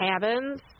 cabins